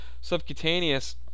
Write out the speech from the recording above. Subcutaneous